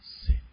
sin